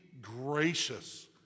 gracious